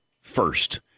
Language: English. first